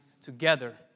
together